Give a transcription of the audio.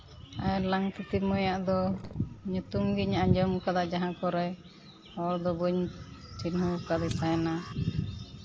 ᱟᱨ ᱞᱟᱝᱛᱤᱛᱤ ᱢᱟᱹᱭᱟᱜ ᱫᱚ ᱧᱩᱛᱩᱢ ᱜᱤᱧ ᱟᱸᱡᱚᱢ ᱠᱟᱫᱟ ᱡᱟᱦᱟᱸ ᱠᱚᱨᱮ ᱦᱚᱲᱫᱚ ᱵᱟᱹᱧ ᱪᱤᱱᱦᱟᱹᱣ ᱠᱟᱫᱮ ᱛᱟᱦᱮᱱᱟ